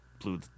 blew